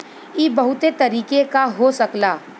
इ बहुते तरीके क हो सकला